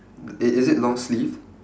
i~ is it long sleeved